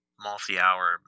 multi-hour